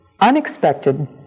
unexpected